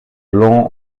long